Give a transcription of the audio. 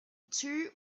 two